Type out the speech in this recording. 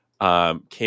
Came